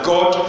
God